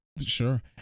Sure